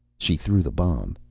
she threw the bomb.